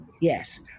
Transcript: yes